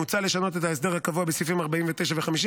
מוצע לשנות את ההסדר הקבוע בסעיפים 49 ו-50